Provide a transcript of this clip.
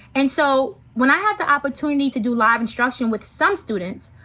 and so when i had the opportunity to do live instruction with some students,